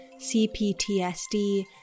CPTSD